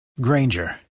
Granger